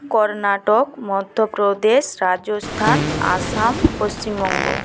Karnataka Madhya Pradesh Rajasthan Assam Paschimbanga